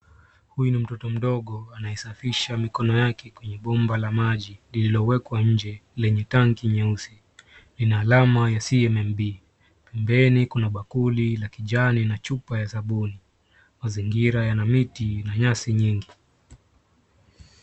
Huyu ni mtoto mdogo anayesafisha mikono yake kwenye bomba la maji lililowekwa nje lenye tanki nyeusi, llinaalama ya cmmb. Pembeni kuna bakuli la kijani na chupa ya sabuni, mazingira yana miti na nyasi nyingi.